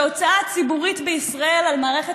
שההוצאה הציבורית בישראל על מערכת